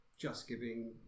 JustGiving